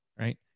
right